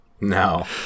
no